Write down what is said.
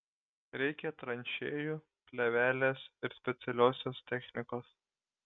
reikia tranšėjų plėvelės ir specialiosios technikos